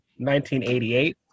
1988